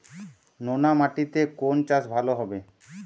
নোনা মাটিতে কোন চাষ ভালো হবে?